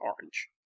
orange